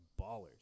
ballers